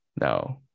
No